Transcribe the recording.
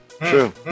True